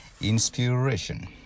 Inspiration